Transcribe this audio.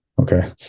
Okay